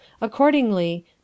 Accordingly